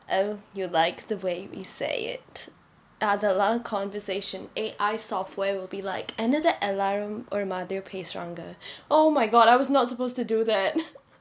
oh you like the way we say it அதெல்லாம்:athellam conversation A_I software will be like என்னது எல்லாரும் ஒரு மாதிரி பேசுறாங்க:ennathu ellarum oru maathiri pesuraanga oh my god I was not supposed to do that